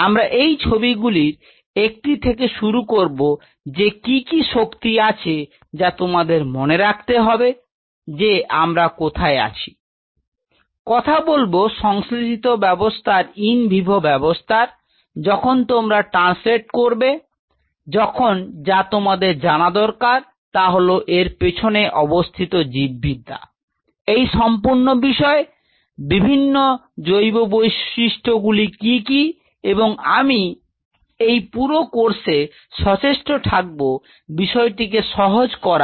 আমরা এই ছবি গুলির একটি থেকে শুরু করব যে কি কি শক্তি আছে যা তোমাদের মনে রাখতে হবে যে আমরা কোথায় আছি Refer Time 2729 কথা বলব সংশ্লেষিত ব্যাবস্থার ইন ভিভো ব্যাবস্থার যখন তোমরা ট্রানস্লেট করবে তখন যা তোমাদের জানা দরকার তা হল এর পিছনে অবস্থিত জীববিদ্যা এই সম্পূর্ণ বিষয় বিভিন্ন জৈব বৈশিষ্ট্য গুলি কি কি এবং আমি এই পুরো কোর্সে সচেষ্ট থাকব বিষয়টিকে সহজ করার